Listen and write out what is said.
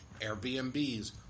Airbnbs